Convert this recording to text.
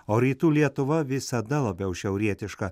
o rytų lietuva visada labiau šiaurietiška